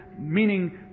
Meaning